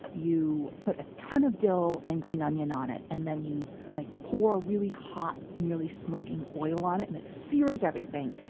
you put a ton of dill and green onion on it, and then you like pour really hot, nearly smoking oil on it and its sears everything.